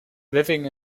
living